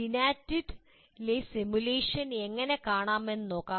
TINATIit ലെ simulation എങ്ങനെ കാണാമെന്ന് നോക്കാം